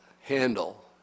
handle